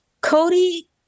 Cody